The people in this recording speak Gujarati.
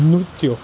નૃત્યો